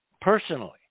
Personally